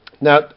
Now